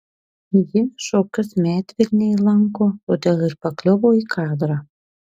ji šokius medvilnėj lanko todėl ir pakliuvo į kadrą